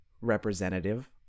representative